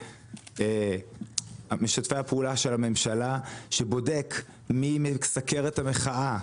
בקרב משתפי פעולה של הממשלה שבודק מי מסקר את המחאה,